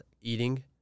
eating